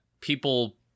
people